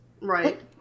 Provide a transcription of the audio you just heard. Right